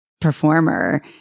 performer